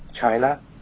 China